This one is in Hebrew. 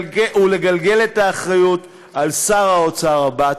ולגלגל את האחריות על שר האוצר הבא.